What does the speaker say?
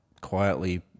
Quietly